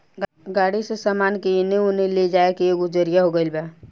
गाड़ी से सामान के एने ओने ले जाए के एगो जरिआ हो गइल बा